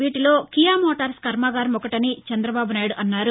వీటిలో Kia Motors కర్మాగారం ఒకటని చందబాబు నాయుడు అన్నారు